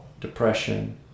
depression